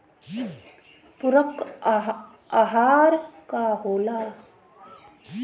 पुरक अहार का होला?